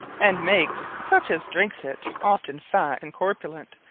and makes such as drink it often, fat, and corpulent,